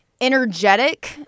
energetic